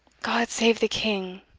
god save the king!